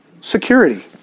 security